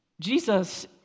Jesus